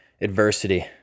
adversity